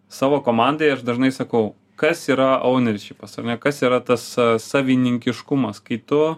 savo komandai aš dažnai sakau kas yra ounirši ta prasme kas yra tasai savininkiškumas kai tu